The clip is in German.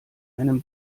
einem